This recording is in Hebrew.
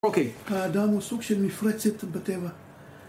אוקיי. האדם הוא סוג של מפלצת בטבע.